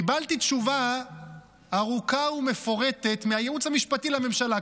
קיבלתי תשובה ארוכה ומפורטת מהייעוץ המשפטי לממשלה,